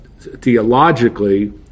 theologically